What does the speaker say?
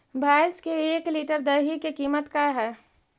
भैंस के एक लीटर दही के कीमत का है?